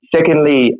Secondly